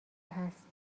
هست